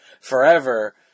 forever